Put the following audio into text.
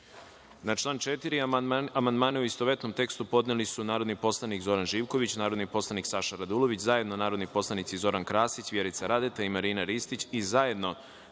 član 5. amandmane, u istovetnom tekstu, podneli su narodni poslanik Zoran Živković, narodni poslanik Saša Radulović, zajedno narodni poslanici Zoran Krasić, Vjerica Radeta, Nikola Savić i zajedno